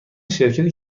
شرکتی